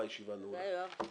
הישיבה ננעלה בשעה 10:38.